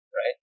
right